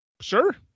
sure